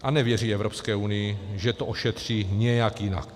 A nevěří Evropské unii, že to ošetří nějak jinak.